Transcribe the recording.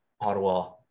Ottawa